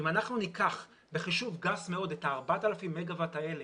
אם אנחנו ניקח בחישוב גס מאוד את ה-4,000 מגה-ואט האלה,